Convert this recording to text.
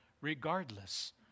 regardless